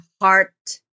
heart